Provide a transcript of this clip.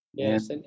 Yes